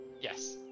Yes